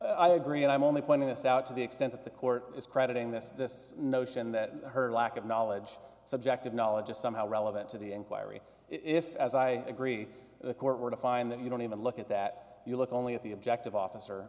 i agree and i'm only pointing this out to the extent that the court is crediting this this notion that her lack of knowledge subjective knowledge is somehow relevant to the inquiry if as i agree the court were to find that you don't even look at that you look only at the objective officer